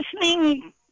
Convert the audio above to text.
listening